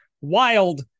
wild